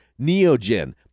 Neogen